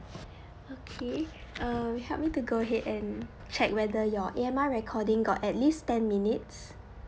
okay uh you help me to go ahead and check whether your A_M_R recording got at least ten minutes